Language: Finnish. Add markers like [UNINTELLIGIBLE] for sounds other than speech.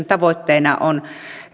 [UNINTELLIGIBLE] tavoitteena on